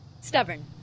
Stubborn